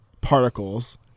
particles